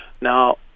Now